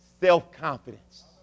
self-confidence